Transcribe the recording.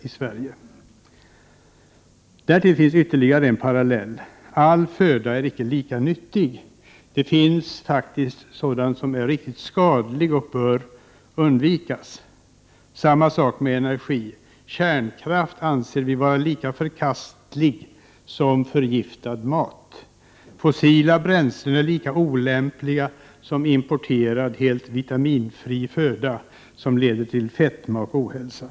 Det finns därtill ytterligare en parallell. All föda är inte lika nyttig. Det finns sådant som är riktigt skadligt och bör undvikas. Det är samma sak med energin. Vi i miljöpartiet anser att kärnkraft är lika förkastlig som förgiftad mat. Det är lika olämpligt med fossila bränslen som med importerad, helt vitaminfri föda som leder till fetma och ohälsa.